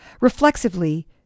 Reflexively